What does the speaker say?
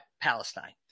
Palestine